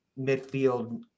midfield